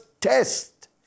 test